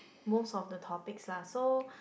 most of the topics lah so